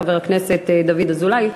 חבר הכנסת דוד אזולאי,